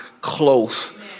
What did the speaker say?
close